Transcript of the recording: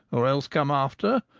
or else come after,